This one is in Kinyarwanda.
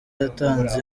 yatanze